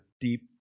deep